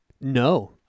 No